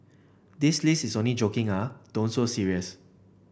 this list is only joking ah don't so serious